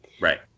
Right